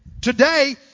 today